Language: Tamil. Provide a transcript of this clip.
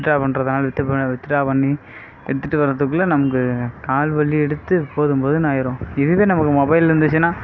வித்ட்ரா பண்ணுறதுனாலும் வித்துபா வித்ட்ரா பண்ணி எடுத்துகிட்டு வரத்துக்குள்ளே நமக்கு கால் வலி எடுத்து போதும் போதும்னு ஆகிரும் இதுவே நமக்கு மொபைல் இருந்துச்சுனால்